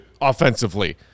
offensively